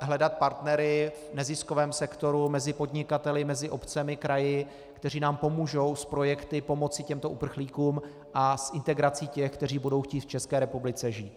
hledat partnery v neziskovém sektoru, mezi podnikateli, mezi obcemi, kraji, kteří nám pomůžou s projekty pomoci těmto uprchlíkům a s integrací těch, kteří budou chtít v České republice žít.